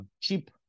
cheap